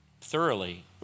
thoroughly